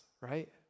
right